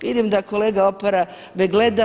Vidim da kolega Opara me gleda.